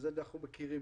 אם כן, אנחנו קצת מכירים.